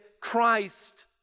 Christ